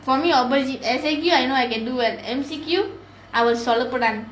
for me opposite essay Q I know I can do well M_C_Q I will சோதப்புறான்:sothappuraan